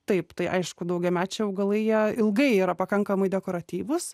taip tai aišku daugiamečiai augalai jie ilgai yra pakankamai dekoratyvūs